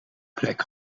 plek